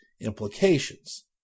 implications